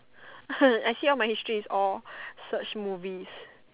I see all my history is all search movies